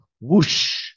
whoosh